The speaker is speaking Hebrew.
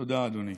תודה, אדוני.